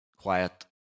quiet